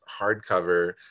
hardcover